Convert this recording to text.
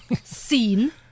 seen